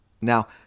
Now